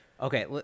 Okay